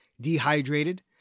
dehydrated